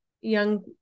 young